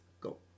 Go